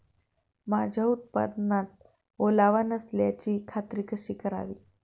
माझ्या उत्पादनात ओलावा नसल्याची खात्री कशी करावी?